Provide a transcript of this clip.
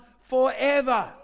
forever